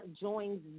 joins